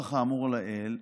נוכח האמור לעיל,